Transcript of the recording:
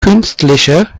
künstliche